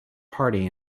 party